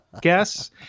guess